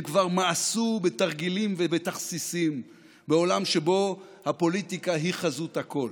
הם כבר מאסו בתרגילים ובתכסיסים בעולם שבו הפוליטיקה היא חזות הכול,